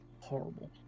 horrible